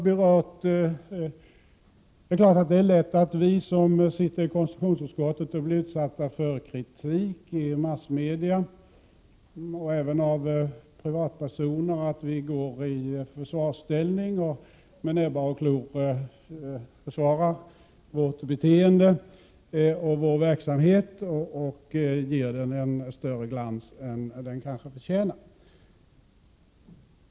Det är naturligtvis lätt att vi som sitter i konstitutionsutskottet och blir utsatta för kritik i massmedierna och även av privatpersoner går i försvarsställning och med näbbar och klor försvarar vårt beteende och vår verksamhet och ger den en större glans än den kanske förtjänar.